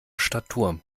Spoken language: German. statur